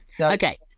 Okay